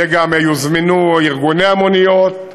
יוזמנו ארגוני המוניות.